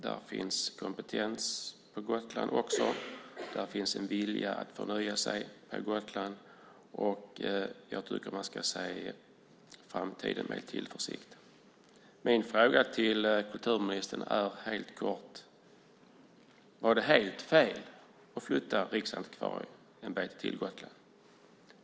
Det finns kompetens på Gotland också, och där finns en vilja att förnya sig. Jag tycker att man ska se framtiden an med tillförsikt. Min fråga till kulturministern är helt kort: Var det helt fel att flytta Riksantikvarieämbetet till Gotland?